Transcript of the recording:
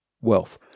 wealth